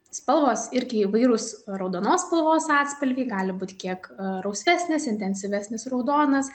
spalvos irgi įvairūs raudonos spalvos atspalviai gali būti kiek rausvesnės intensyvesnis raudonas